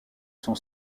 son